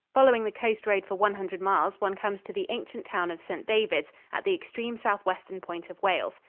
following the coast road for one hundred miles, one comes to the ancient town of st. davids, at the extreme southwestern point of wales.